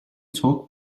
talk